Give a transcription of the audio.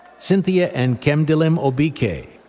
cynthia and nkemdilim obike.